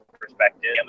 perspective